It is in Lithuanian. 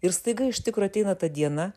ir staiga iš tikro ateina ta diena